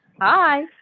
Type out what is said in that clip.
Hi